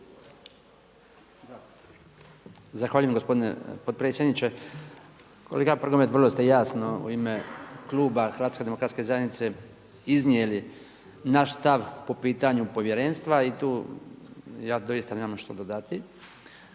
Zahvaljujem gospodine potpredsjedniče. Kolega vrlo ste jasno u ime kluba Hrvatske demokratske zajednice iznijeli naš stav po pitanju povjerenstva i tu ja doista nemam što dodati.